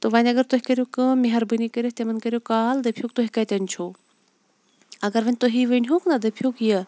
تہٕ وۄنۍ اَگَر تُہۍ کٔرِو فون مہربٲنی کٔرِتھ تِمَن کٔرِو کال دٔپہِ ہُکھ تُہۍ کَتیٚن چھِو اَگَر وۄنۍ توٚہی ؤنۍ ہُکھ نہَ دٔپہِ ہُکھ یہِ